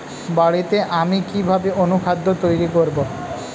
বাড়িতে আমি কিভাবে অনুখাদ্য তৈরি করব?